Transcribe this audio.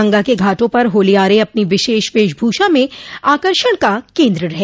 गंगा के घाटों पर होलियारे अपनी विशेष वेशभूषा में आकर्षण का केन्द्र रहे